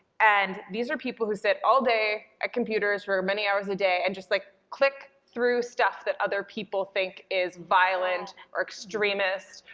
and these are people who sit all day at computers for many hours a day and just, like, click through stuff that other people think is violent, or extremist,